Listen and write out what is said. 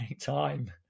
time